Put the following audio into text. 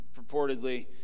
purportedly